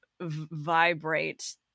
vibrate